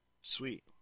Sweet